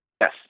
Yes